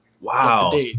wow